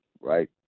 right